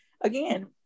Again